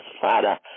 Father